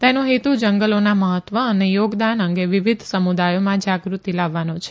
તેનો હેતુ જંગલોના મહત્વ અને યોગદાન અંગે વિવિધ સમુદાયોમાં જાગૃતિ લાવવાનો છે